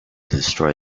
destroy